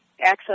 access